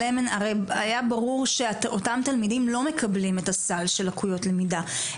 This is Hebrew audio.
הרי היה ברור שאותם תלמידים לא מקבלים את הסל של לקויות למידה,